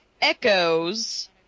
echoes